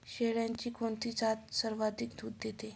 शेळ्यांची कोणती जात सर्वाधिक दूध देते?